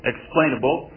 Explainable